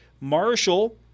Marshall